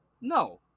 No